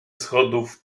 schodów